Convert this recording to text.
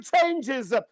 changes